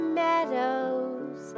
meadows